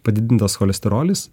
padidintas cholesterolis